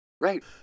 right